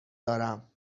دارم